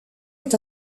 est